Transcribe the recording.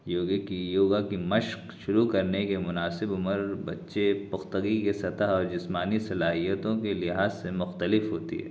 یوگے کی یوگا کی مشق شروع کرنے کی مناسب عمر بچے پختگی کے سطح اور جسمانی صلاحیتوں کے لحاظ سے مختلف ہوتی ہے